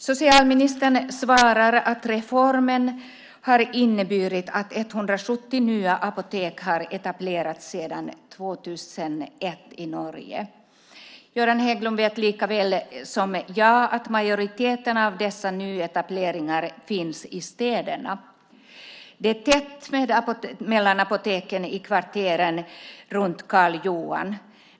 Socialministern svarar att reformen har inneburit att 170 nya apotek har etablerats sedan 2001 i Norge. Göran Hägglund vet likaväl som jag att majoriteten av dessa nyetableringar finns i städerna. Det är tätt mellan apoteken i kvarteren runt Karl Johan.